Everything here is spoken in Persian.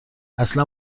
اصلا